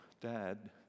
dad